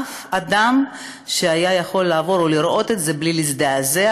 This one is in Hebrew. אף אדם שהיה יכול לעבור או לראות את זה בלי להזדעזע,